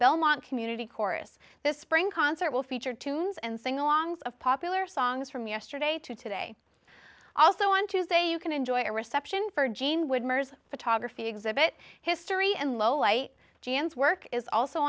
belmont community chorus this spring concert will feature tunes and singalongs of popular songs from yesterday to today also on tuesday you can enjoy a reception for gene would mers photography exhibit history and low light jams work is also